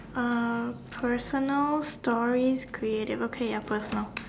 uh personal stories creative okay ya personal